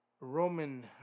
Roman